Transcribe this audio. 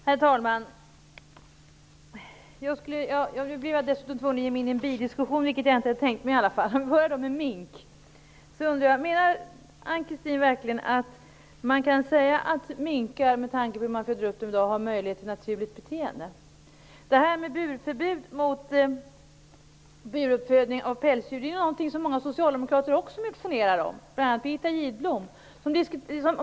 Herr talman! Nu blir jag tvungen att ge mig in i en bidiskussion, vilket jag inte hade tänkt mig. Jag börjar med att tala om mink. Jag undrar om Ann-Kristine Johansson verkligen menar att minkar, med tanke på hur de föds upp i dag, har möjlighet till ett naturligt beteende. Många socialdemokrater, bl.a. Birgitta Gidblom, motionerar också om burförbud vid uppfödning av pälsdjur.